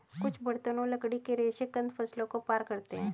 कुछ बर्तन और लकड़ी के रेशे कंद फसलों को पार करते है